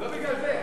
לא בגלל זה.